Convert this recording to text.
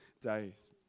days